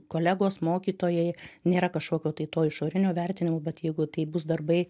kolegos mokytojai nėra kažkokio tai to išorinio vertinimo bet jeigu tai bus darbai